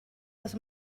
les